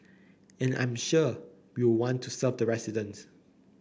and I'm sure we will want to serve the residents